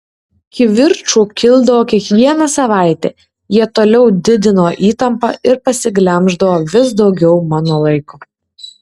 kivirčų kildavo kiekvieną savaitę jie toliau didino įtampą ir pasiglemždavo vis daugiau mano laiko